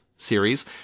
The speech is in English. series